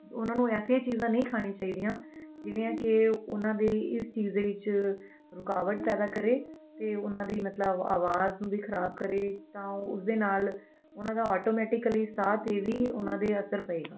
ਉਹਨਾਂ ਨੂੰ ਐਸੀਆਂ ਚੀਜ਼ਾਂ ਨਹੀਂ ਖਾਣੀਆਂ ਚਾਹੀਦੀਆਂ ਜਿਹੜੀਆਂ ਕਿ ਉਨ੍ਹਾਂ ਦੀ ਇਸ ਚੀਜ਼ ਦੇ ਵਿੱਚ ਰੁਕਾਵਟ ਪੈਦਾ ਕਰੇੇ ਅਤੇ ਉਹਨਾਂ ਦੀ ਮਤਲਬ ਅਵਾਜ਼ ਵੀ ਖਰਾਬ ਕਰੇ ਤਾਂ ਉਸਦੇ ਨਾਲ ਉਹਨਾਂ ਦਾ ਆਟੋਮੈਟੀਕਲੀ ਸਾਹ 'ਤੇ ਵੀ ਉਹਨਾਂ ਦੇ ਅਸਰ ਪਏਗਾ